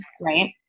right